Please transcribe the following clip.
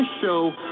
show